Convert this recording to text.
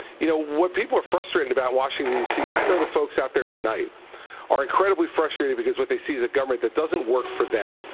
you know, what people are frustrated about in washington, d c, and i know the folks out there tonight are incredibly frustrated because what they see is a government that doesn't work for them.